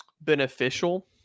beneficial